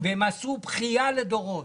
והם עשו בכייה לדורות.